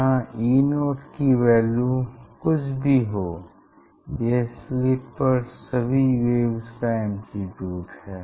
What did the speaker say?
यहाँ E0 की value कुछ भी हो यह स्लिट पर सभी वेव्स का एम्प्लीट्यूड है